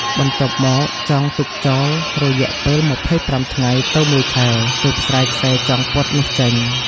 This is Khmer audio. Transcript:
បន្ទាប់មកចងទុកចោលរយៈពេល ២៥ ថ្ងៃទៅមួយខែ ទើបស្រាយខ្សែចងពត់នោះចេញ ។